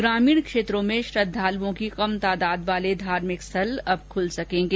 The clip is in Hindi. ग्रामीण क्षेत्रों में श्रद्धालूओं की कम तादाद वाले धार्मिक स्थल अब खुल सकेगें